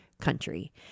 country